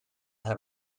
have